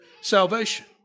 salvation